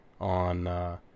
on